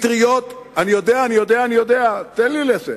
אני יודע, אני יודע, אני יודע.